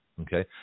Okay